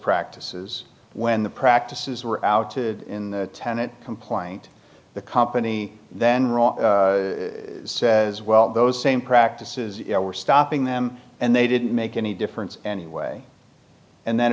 practices when the practices were out to in the tenet complained the company then roll says well those same practices were stopping them and they didn't make any difference anyway and then